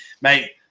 Mate